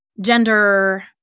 gender